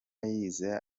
yizeza